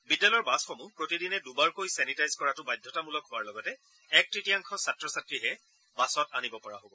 বিদ্যালয়ৰ বাছসমূহ প্ৰতিদিনে দুবাৰকৈ ছেনিটাইজ কৰাটো বাধ্যতামূলক হোৱাৰ লগতে এক তৃতীয়াংশ ছাত্ৰ ছাত্ৰীহে আনিব পাৰিব